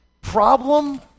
problem